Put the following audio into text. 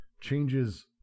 changes